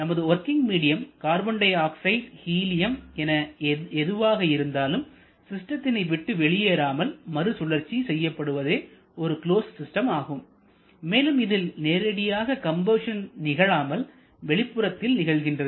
நமது working medium carbon dioxide helium என எதுவாக இருந்தாலும் சிஸ்டத்தினை விட்டு வெளியேறாமல் மறுசுழற்சி செய்யப்படுவதே ஒரு க்ளோஸ்டு சிஸ்டம் ஆகும் மேலும் இதில் நேரடியாக கம்பஷன் நிகழாமல் வெளிப்புறத்தில் நிகழ்கின்றது